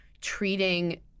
treating